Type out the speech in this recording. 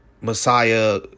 Messiah